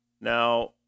Now